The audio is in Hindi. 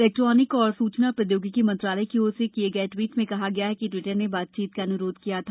इलेक्ट्रॉनिक्स एवं सूचना प्रौद्योगिकी मंत्रालय की ओर से किए गए ट्वीट में कहा गया कि ट्विटर ने बातचीत का अन्रोध किया था